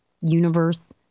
universe